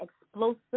explosive